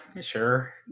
Sure